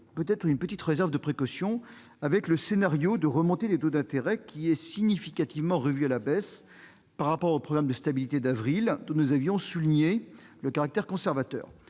d'orientation des finances publiques. Le scénario de remontée des taux d'intérêt est significativement revu à la baisse par rapport au programme de stabilité d'avril, dont nous avions souligné le caractère conservateur.